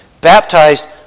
Baptized